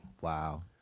Wow